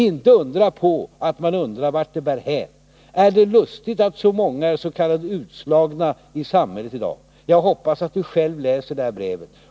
Inte undra på att man undrar vart bär det hän. Är det lustigt att så många är s.k. utslagna i samhället i dag. Jag hoppas att du själv läser det här brevet.